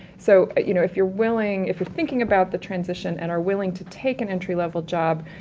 so ah you know if you're willing, if you're thinking about the transition and are willing to take an entry level job,